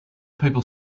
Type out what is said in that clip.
people